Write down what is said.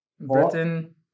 Britain